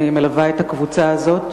אני מלווה את הקבוצה הזאת.